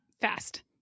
Fast